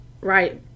right